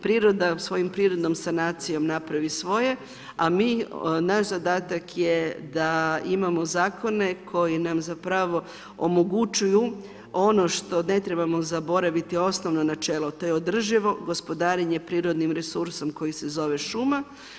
Priroda svojom prirodnom sanacijom napravi svoje, a mi, naš zadatak je da imamo zakone koji nam zapravo omogućuju ono što ne trebamo zaboraviti, osnovno načelo, to je održivo gospodarenje prirodnim resursom koji se zove šuma.